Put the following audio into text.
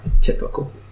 typical